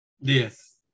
Yes